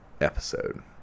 episode